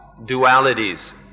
dualities